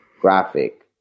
graphic